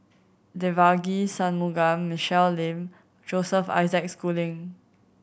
Devagi Sanmugam Michelle Lim Joseph Isaac Schooling